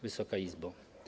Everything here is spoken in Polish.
Wysoka Izbo!